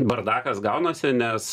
bardakas gaunasi nes